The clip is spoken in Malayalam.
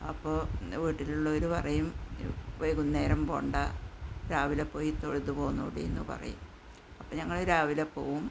അപ്പോൾ വീട്ടിലുള്ളോർ പറയും വൈകുന്നേരം പോകണ്ടാ രാവിലെ പോയി തൊഴുതു പോന്നോളീയെന്നു പറയും അപ്പം ഞങ്ങൾ രാവിലെ പോകും